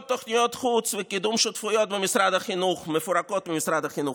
תוכניות חוץ וקידום שותפויות במשרד החינוך מפורקות ממשרד החינוך,